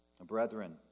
Brethren